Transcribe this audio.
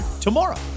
tomorrow